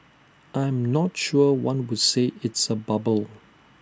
I am not sure one would say it's A bubble